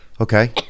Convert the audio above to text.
Okay